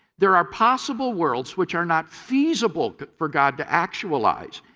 there are possible worlds which are not feasible for god to actualize.